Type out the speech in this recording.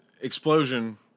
explosion